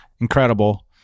incredible